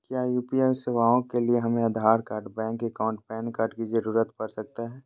क्या यू.पी.आई सेवाएं के लिए हमें Aadhaar card bank account PAN card की जरूरत पड़ सकता है?